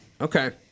Okay